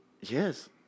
Yes